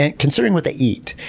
ah considering what they eat.